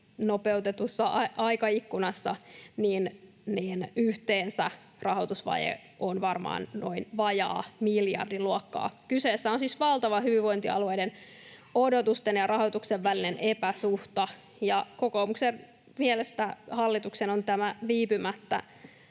nopeutetussa aikaikkunassa, niin yhteensä rahoitusvaje on varmaan noin vajaan miljardin luokkaa. Kyseessä on siis valtava hyvinvointialueiden odotusten ja rahoituksen välinen epäsuhta, ja kokoomuksen mielestä hallituksen on tämä viipymättä